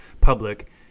public